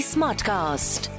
Smartcast